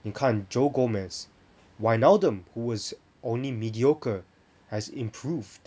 你看 joe gomez wijnaldum who was only mediocre has improved